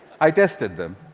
i tested them.